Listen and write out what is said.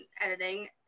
editing